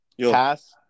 Pass